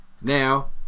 Now